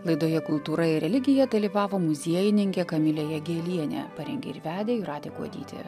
laidoje kultūra ir religija dalyvavo muziejininkė kamilė jagėlienė parengė ir vedė jūratė kuodytė